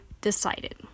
decided